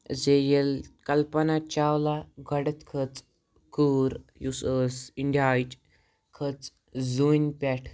زِ ییٚلہِ کلپنہ چاولہ گۄڈٮ۪تھ کھٔژ کوٗر یُس ٲس اِنڈیاہہٕچ کھٔژ زوٗنۍ پٮ۪ٹھ